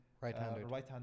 right-handed